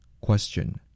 Question